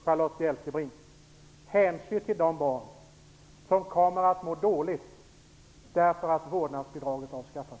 Charlotta Bjälkebring hänsyn till de barn som kommer att må dåligt när vårdnadsbidraget avskaffas?